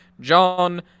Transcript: John